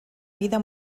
vida